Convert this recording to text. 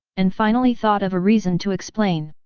and finally thought of a reason to explain.